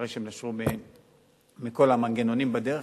אחרי שהן נשרו מכל המנגנונים בדרך,